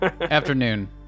Afternoon